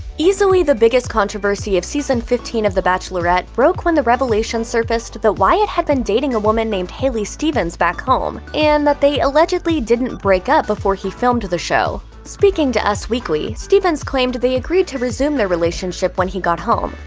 easily the biggest controversy of season fifteen of the bachelorette broke when the revelation surfaced that wyatt had been dating a woman named haley stevens back home and that they allegedly didn't break up before he filmed the show. speaking to us weekly, stevens claimed they agreed to resume their relationship when he got home.